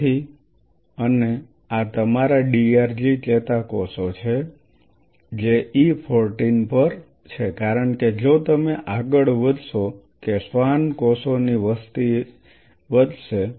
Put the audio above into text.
તેથી અને આ તમારા DRG ચેતાકોષો છે જે E 14 પર છે કારણ કે જો તમે આગળ વધશો કે શ્વાન કોષોની વસ્તી વધશે